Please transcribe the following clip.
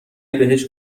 بهش